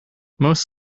most